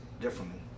differently